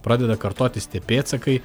pradeda kartotis tie pėdsakai